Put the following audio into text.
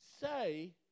say